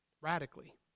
radically